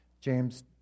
James